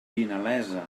vinalesa